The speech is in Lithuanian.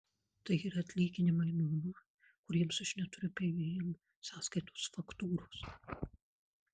tai yra atlyginimai nuoma kuriems aš neturiu pvm sąskaitos faktūros